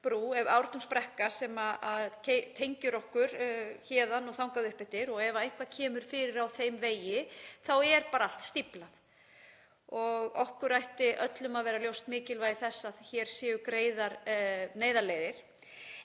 Ártúnsbrekka sem tengir okkur héðan og upp eftir og ef eitthvað kemur fyrir á þeim vegi er allt stíflað. Okkur ætti öllum að vera ljóst mikilvægi þess að hér séu greiðar neyðarleiðir.